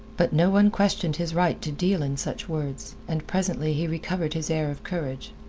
but no one questioned his right to deal in such words, and presently he recovered his air of courage.